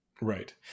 Right